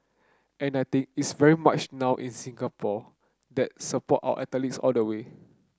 and I think it's very much now in Singapore that support our athletes all the way